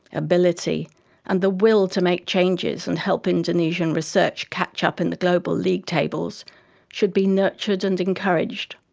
ability and the will to make changes and help indonesian research catch up in the global league tables should be nurtured and encouraged.